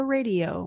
Radio